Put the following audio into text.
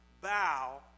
bow